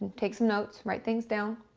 take some notes. write things down.